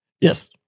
Yes